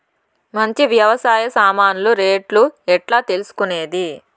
మంచి వ్యవసాయ సామాన్లు రేట్లు ఎట్లా తెలుసుకునేది?